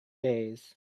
days